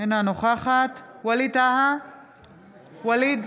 אינה נוכחת ווליד טאהא,